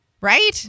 Right